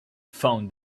found